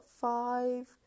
five